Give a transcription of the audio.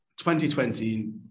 2020